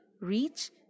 reach